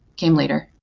came later.